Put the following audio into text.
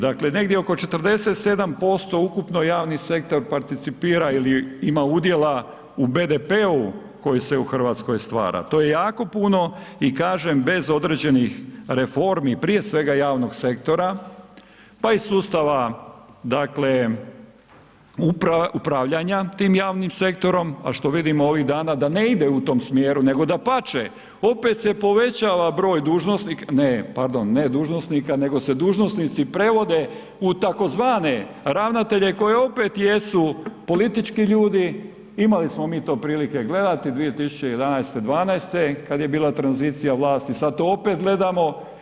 Dakle negdje oko 47% ukupni javni sektor participira ili ima udjela u BDP-u koji se u Hrvatskoj stvara, to je jako puno i kažem, bez određenih reformi prije svega javnog sektora pa i sustava upravljanja tim javnim sektorom a što vidimo ovih dana da ne ide u tom smjeru nego dapače, opet se povećava broj dužnosnika, ne, pardon, ne dužnosnika nego se dužnosnici prevode u tzv. ravnatelje koji opet jesu politički ljudi, imali smo mi to prilike gledati 2011., 2012., kad je bila tranzicija vlast, sad opet gledamo.